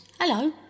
Hello